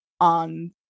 on